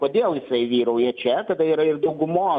kodėl jisai vyrauja čia tada yra ir daugumos